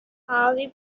harvey